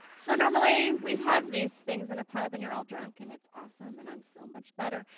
so, normally, we have these things in a pub, and you're all drunk and its awesome, and i'm so much better.